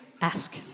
ask